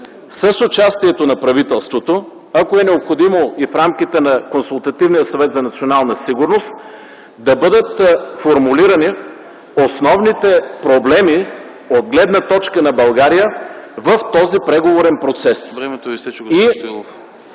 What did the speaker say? с участието на правителството, ако е необходимо и в рамките на Консултативния съвет за национална сигурност, да бъдат формулирани основните проблеми от гледна точка на България в този преговорен процес